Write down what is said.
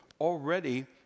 already